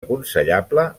aconsellable